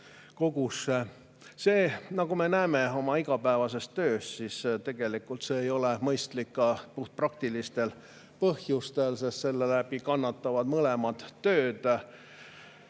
See, nagu me näeme oma igapäevases töös, ei ole tegelikult mõistlik ka puhtpraktilistel põhjustel, sest seeläbi kannatavad mõlemad tööd.